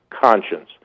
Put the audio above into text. conscience